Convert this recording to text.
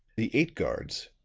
the eight guards,